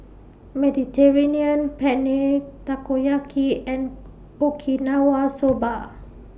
Mediterranean Penne Takoyaki and Okinawa Soba